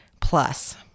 plus